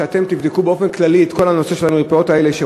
שאתם תבדקו באופן כללי את כל הנושא של המרפאות האלה,